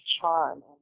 charm